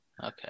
Okay